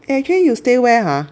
eh actually you stay where ha